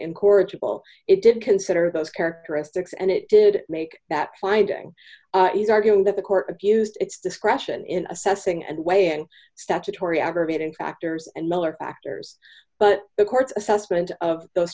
in corrigible it did consider those characteristics and it did make that finding he's arguing that the court abused its discretion in assessing and weighing statutory aggravating factors and miller's factors but the court's assessment of those